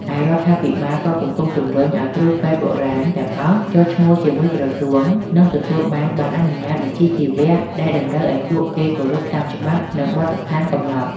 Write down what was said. ឯ រដ្ឋាភិបាលក៏កំពុងជំរុញឱ្យគ្រូពេទ្យបុរាណទាំងអស់ចុះឈ្មោះជាមួយក្រសួង និងទទួលបាន ប័ណ្ណអនុញ្ញាតវិជ្ជាជីវៈ ដែលតម្រូវឱ្យពួកគេគោរពតាមច្បាប់ និងបទដ្ឋានកំណត់។